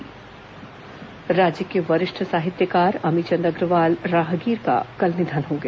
राहगीर निधन राज्य के वरिष्ठ साहित्यकार अमीचंद अग्रवाल राहगीर का कल निधन हो गया